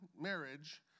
marriage